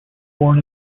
born